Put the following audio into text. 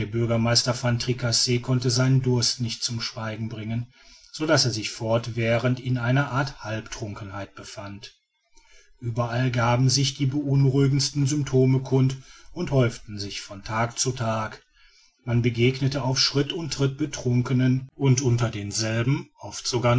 bürgermeister van tricasse konnte seinen durst nicht zum schweigen bringen so daß er sich fortwährend in einer art halbtrunkenheit befand ueberall gaben sich die beunruhigendsten symptome kund und häuften sich von tag zu tage man begegnete auf schritt und tritt betrunkenen und unter denselben oft sogar